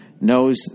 knows